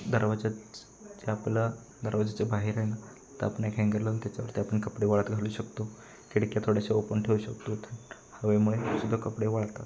दरवाजाच जे आपला दरवाजाच्या बाहेर आहे ना तर आपण एक हँगर लावून त्याच्यावरती आपण कपडे वाळत घालू शकतो खिडक्या थोड्याशा ओपन ठेवू शकतो हवेमुळे सुद्धा कपडे वाळतात